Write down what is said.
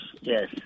yes